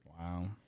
Wow